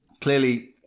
Clearly